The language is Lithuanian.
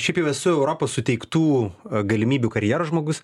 šiaip jau esu europos suteiktų galimybių karjeros žmogus